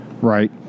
right